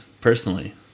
personally